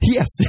Yes